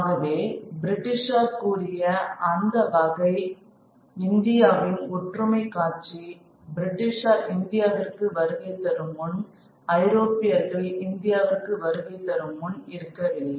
ஆகவே பிரிட்டிஷார் கூறுய அந்த வகை இந்தியாவின் ஒற்றுமை காட்சி பிரிட்டிஷார் இந்தியாவிற்கு வருகை தரும் முன் ஐரோப்பியர்கள் இந்தியாவிற்கு வருகை தரும் முன் இருக்கவில்லை